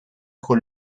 con